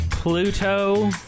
Pluto